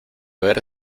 ver